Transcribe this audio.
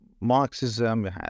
Marxism